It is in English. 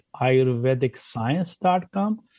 AyurvedicScience.com